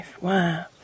Wow